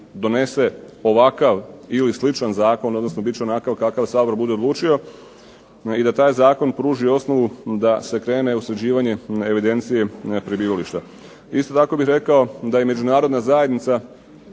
donese ovakav ili sličan zakon, odnosno bit će onakav kakav Sabor bude odlučio, i da taj zakon pruži osnovu da se krene u sređivanje evidencije prebivališta. Isto tako bih rekao da je međunarodna zajednica